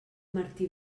martí